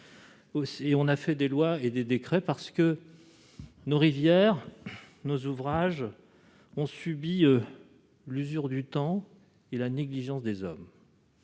et on a fait des lois et des décrets parce que nos rivières, nos ouvrages ont subi l'usure du temps et la négligence des hommes,